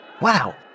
Wow